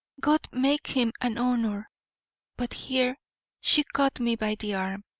god, make him an honour but here she caught me by the arm.